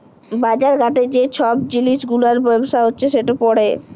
বাজার ঘাটে যে ছব জিলিস গুলার ব্যবসা হছে সেট পড়ে